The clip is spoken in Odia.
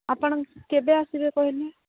ଆପଣ କେବେ ଆସିବେ କହିଲେ